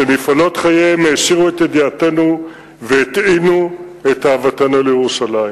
שמפעלות חייהם העשירו את ידיעותינו והטעינו את אהבתנו לירושלים.